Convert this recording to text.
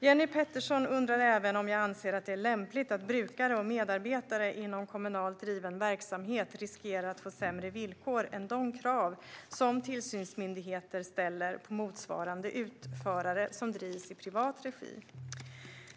Jenny Petersson undrar även om jag anser att det är lämpligt att brukare och medarbetare inom kommunalt driven verksamhet riskerar att få sämre villkor än de krav som tillsynsmyndigheter ställer på motsvarande utförare som drivs i privat regi.